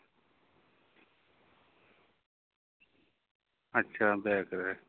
ᱟᱪᱪᱷᱟ ᱵᱮᱜᱽ ᱨᱮ